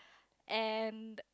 and